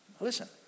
Listen